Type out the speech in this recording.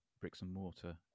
bricks-and-mortar